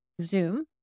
Zoom